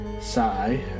Sigh